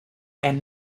and